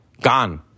Gone